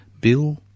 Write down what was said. Bill